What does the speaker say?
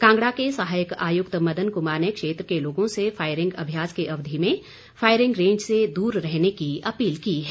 कांगड़ा के सहायक आयुक्त मदन कुमार ने क्षेत्र के लोगों से फायरिंग अभ्यास की अवधि में फायरिंग रेंज से दूर रहने की अपील की है